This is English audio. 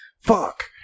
fuck